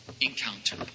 encounter